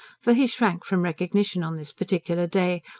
for he shrank from recognition on this particular day,